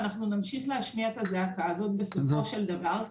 ואנחנו נמשיך להשמיע את הזעקה הזאת בסופו של דבר.